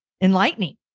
enlightening